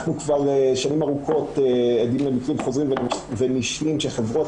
אנחנו כבר שנים ארוכות עדים למקרים חוזרים ונשנים שחברות